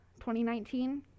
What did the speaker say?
2019